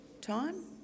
time